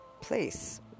place